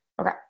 Okay